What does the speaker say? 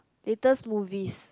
latest movie